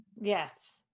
yes